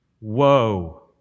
woe